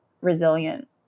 resilient